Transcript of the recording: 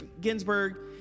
ginsburg